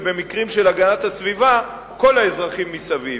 ובמקרים של הגנת הסביבה כל האזרחים מסביב.